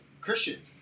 Christians